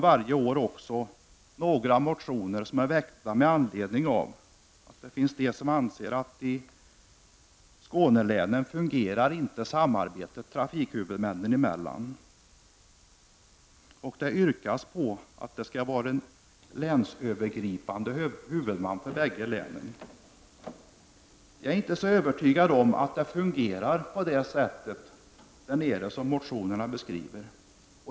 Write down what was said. Varje år väcks i samband med behandlingen av yrkestrafikfrågor några motioner av personer som anser att samarbetet trafikhuvudmännen emellan inte fungerar i Skånelänen. Det yrkas på att det skall vara länsövergripande huvudman för bägge länen. Jag är inte så övertygad om att det där nere fungerar på det sätt som beskrivs i motionerna.